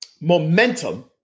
momentum